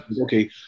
Okay